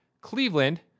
Cleveland